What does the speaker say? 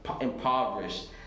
impoverished